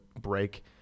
break